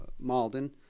Malden